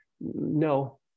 No